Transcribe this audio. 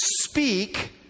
speak